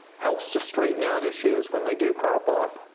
helps to straighten out issues when they do crop up.